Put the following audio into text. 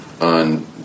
on